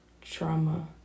trauma